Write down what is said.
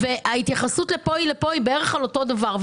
ההתייחסות פה היא בערך לאותו דבר.